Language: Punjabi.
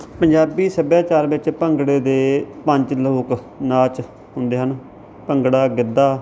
ਪੰਜਾਬੀ ਸੱਭਿਆਚਾਰ ਵਿੱਚ ਭੰਗੜੇ ਦੇ ਪੰਜ ਲੋਕ ਨਾਚ ਹੁੰਦੇ ਹਨ ਭੰਗੜਾ ਗਿੱਧਾ